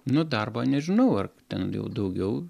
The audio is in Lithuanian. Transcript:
nu darbo nežinau ar ten jau daugiau